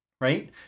right